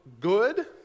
good